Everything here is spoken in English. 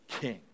king